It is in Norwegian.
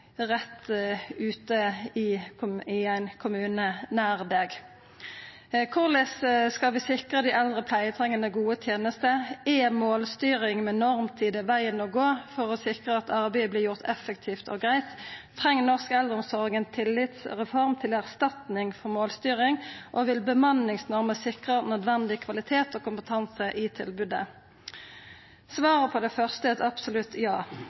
rett ute i ein kommune nær oss. Korleis skal vi sikra dei eldre pleietrengande gode tenester? Er målstyring med normtider vegen å gå for å sikra at arbeidet vert gjort effektivt og greitt? Treng norsk eldreomsorg ei tillitsreform til erstatning for målstyring, og vil bemanningsnorma sikra nødvendig kvalitet og kompetanse i tilbodet? Svaret på det første er eit absolutt ja.